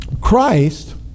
Christ